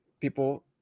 people